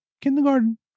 Kindergarten